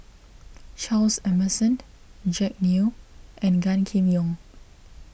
Charles Emmerson Jack Neo and Gan Kim Yong